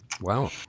Wow